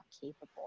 capable